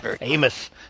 Amos